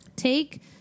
Take